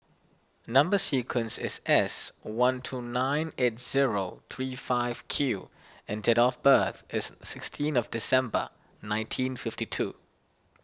Number Sequence is S one two nine eight zero three five Q and date of birth is sixteen of December nineteen fifty two